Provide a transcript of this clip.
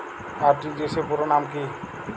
RTGS পুরো নাম কি?